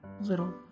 little